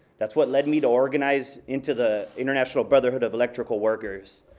that's what led me to organize into the international brotherhood of electrical workers.